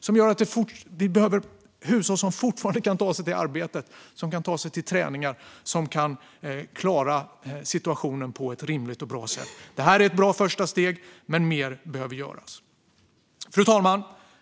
Vi behöver hushåll som kan ta sig till arbetet och till träningar och som kan klara situationen på ett rimligt och bra sätt. Detta är ett bra första steg, men mer behöver göras. Fru talman!